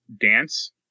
dance